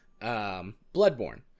bloodborne